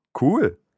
Cool